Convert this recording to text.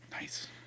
Nice